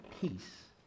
peace